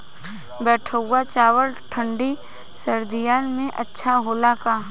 बैठुआ चावल ठंडी सह्याद्री में अच्छा होला का?